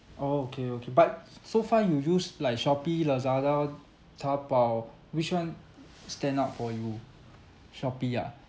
okay okay but s~ so far you use like Shopee Lazada Taobao which one stand out for you Shopee ah